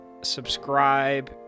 subscribe